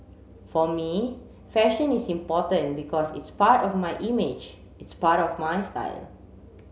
for me fashion is important because it's part of my image it's part of my style